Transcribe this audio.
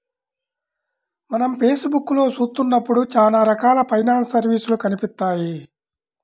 మనం ఫేస్ బుక్కులో చూత్తన్నప్పుడు చానా రకాల ఫైనాన్స్ సర్వీసులు కనిపిత్తాయి